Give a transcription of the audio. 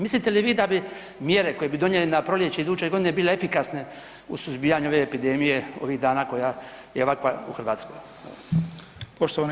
Mislite li vi da bi mjere koje bi donijeli na proljeće iduće godine bile efikasne u suzbijanju ove epidemije, ovih dana koja je ovakva u Hrvatskoj?